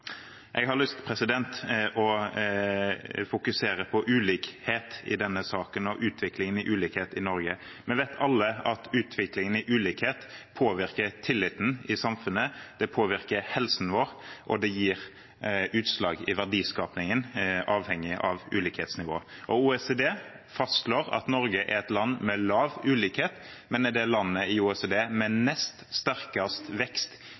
jeg lyst til å fokusere på ulikhet, og utviklingen i ulikhet i Norge. Vi vet alle at utviklingen i ulikhet påvirker tilliten i samfunnet, det påvirker helsen vår, og det gir seg utslag i verdiskapingen, avhengig av ulikhetsnivået. OECD fastslår at Norge er et land med lav ulikhet, men er det landet i OECD med nest sterkest vekst